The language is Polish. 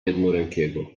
jednorękiego